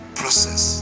process